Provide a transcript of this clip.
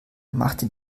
machte